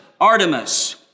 Artemis